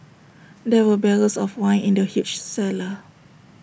there were barrels of wine in the huge cellar